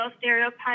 stereotypes